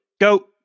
go